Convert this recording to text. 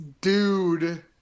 dude